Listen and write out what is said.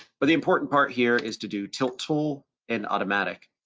but the important part here is to do tilt tool and automatic.